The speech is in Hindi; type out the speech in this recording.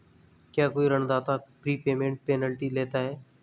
क्या कोई ऋणदाता प्रीपेमेंट पेनल्टी लेता है?